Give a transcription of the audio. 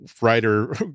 writer